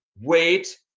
wait